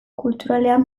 kulturalean